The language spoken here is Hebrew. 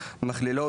מכלילות,